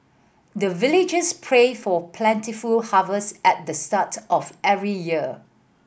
the villagers pray for plentiful harvest at the start of every year